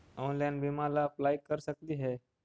Online बीमा ला apply कर सकली हे?